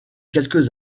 quelques